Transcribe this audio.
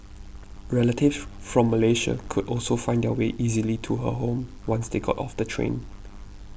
relatives from Malaysia could also find their way easily to her home once they got off the train